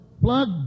Plug